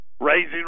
Raising